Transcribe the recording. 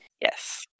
Yes